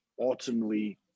ultimately